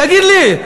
תגיד לי,